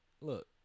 look